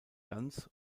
ganz